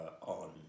on